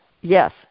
yes